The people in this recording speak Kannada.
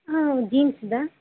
ಹಾಂ ಜೀನ್ಸ್ ಇದೆ